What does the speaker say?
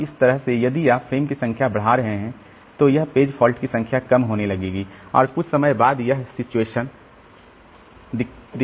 और इस तरह से यदि आप फ्रेम की संख्या बढ़ा रहे हैं तो यह पेज फॉल्ट की संख्या कम होने लगेगी और कुछ समय बाद यह सैचुरेशन दिखाती है